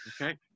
Okay